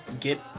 get